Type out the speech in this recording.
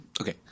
Okay